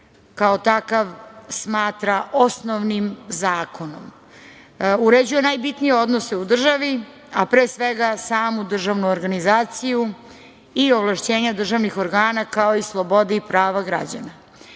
kao takav smatra osnovnim zakonom. Uređuje najbitnije odnose u državi, a pre svega samu državnu organizaciju i ovlašćenja državnih organa, kao i slobode i prava građana.